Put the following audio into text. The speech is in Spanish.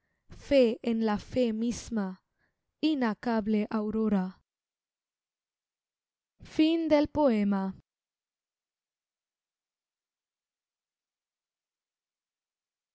fe en la fe misma inacable aurora